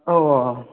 औ औ औ